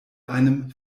einem